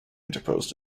interposed